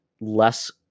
less